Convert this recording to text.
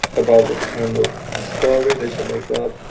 about what kind of story they should make up,